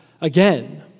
again